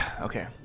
Okay